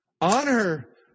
Honor